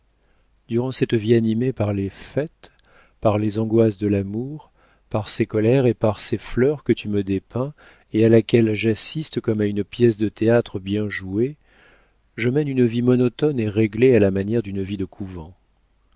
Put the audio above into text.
durant cette vie animée par les fêtes par les angoisses de l'amour par ses colères et par ses fleurs que tu me dépeins et à laquelle j'assiste comme à une pièce de théâtre bien jouée je mène une vie monotone et réglée à la manière d'une vie de couvent